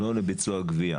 לא לביצוע גבייה